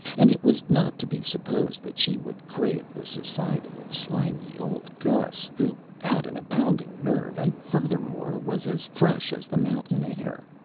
and it was not to be supposed that she would crave the society of slangy old gus, who had an abounding nerve, and furthermore was as fresh as the mountain air.